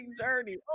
journey